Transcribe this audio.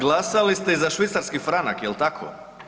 Glasali ste i za švicarski franak, jel' tako?